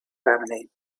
family